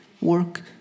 work